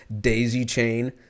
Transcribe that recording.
daisy-chain